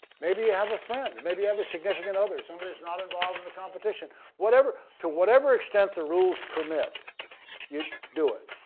maybe you have a friend. maybe you have a significant other somebody's not involved in the competition whatever to whatever extent the rules permit you do it.